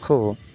हो